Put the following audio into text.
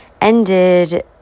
ended